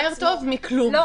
זה יותר טוב מכלום.